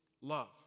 love